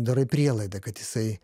darai prielaidą kad jisai